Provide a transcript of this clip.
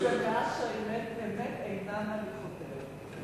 זה מאז שהאמת אינה הליכותיה.